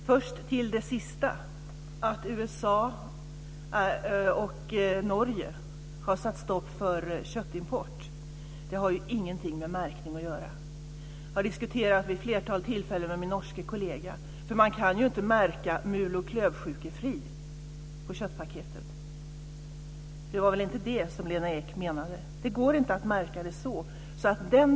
Herr talman! Först till det sista. Att USA och Norge har satt stopp för köttimport har ingenting med märkning att göra. Jag har diskuterat det vid ett flertal tillfällen med min norske kollega. Man kan ju inte märka "mul och klövsjukefri" på köttpaketet. Det var väl inte det som Lena Ek menade. Det går inte att märka det så.